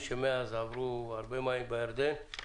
אני מבין שמאז עברו הרבה מים בירדן כי